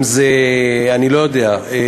אם אני לא יודע,